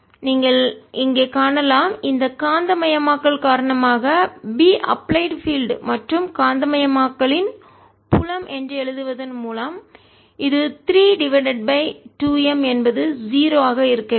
நீங்கள் இங்கே காணலாம் இந்த காந்தமயமாக்கலின் காரணமாக B அப்பிளைட் பீல்டு மற்றும் காந்தமயமாக்கலின் புலம் என்று எழுதுவதன் மூலம் இது 3 டிவைடட் பை 2 M என்பது 0 ஆக இருக்க வேண்டும்